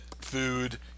food